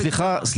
בכל הענפים.